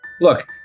Look